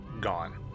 gone